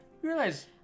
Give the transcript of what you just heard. realize